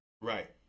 Right